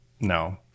no